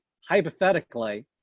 hypothetically